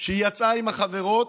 כשהיא יצאה עם החברות,